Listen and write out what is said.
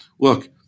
look